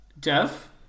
Jeff